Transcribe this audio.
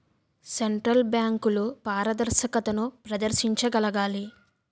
central బ్యాంకులు పారదర్శకతను ప్రదర్శించగలగాలి